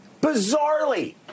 bizarrely